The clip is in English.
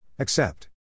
Accept